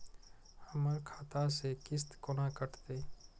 हमर खाता से किस्त कोना कटतै?